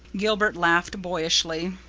gilbert laughed boyishly.